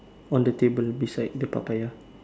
on the table beside the Papaya